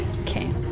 Okay